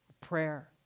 prayer